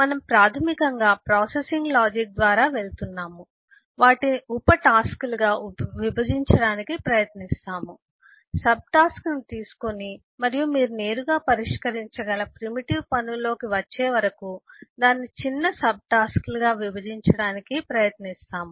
మనము ప్రాథమికంగా processing logic ద్వారా వెళ్తున్నాము వాటిని ఉప టాస్క్లుగా విభజించడానికి ప్రయత్నిస్తాము సబ్టాస్క్ను తీసుకొని మరియు మీరు నేరుగా పరిష్కరించగల ప్రిమిటివ్ పనుల్లోకి వచ్చే వరకు దాన్ని చిన్న సబ్టాస్క్లుగా విభజించడానికి ప్రయత్నిస్తాము